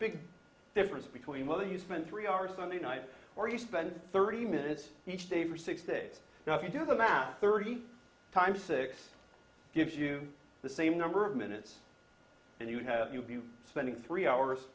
big difference between whether you spend three hours on a night or you spend thirty minutes each day for six days now if you do the math thirty times six gives you the same number of minutes and you have you'll be spending three hours